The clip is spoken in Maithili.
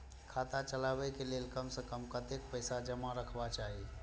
खाता चलावै कै लैल कम से कम कतेक पैसा जमा रखवा चाहि